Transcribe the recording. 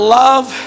love